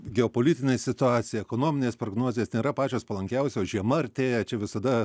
geopolitinė situacija ekonominės prognozės nėra pačios palankiausios žiema artėja čia visada